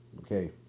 Okay